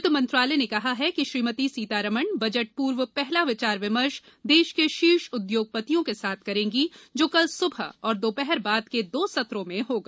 वित्त मंत्रालय ने कहा है कि श्रीमती सीतारामन बजट पूर्व पहला विचार विमर्श देश के शीर्ष उद्योगपतियों के साथ करेंगी जो कल सुबह और दोपहर बाद के दो सत्रों में होगा